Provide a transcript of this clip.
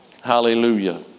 Hallelujah